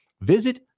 visit